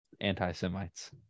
anti-Semites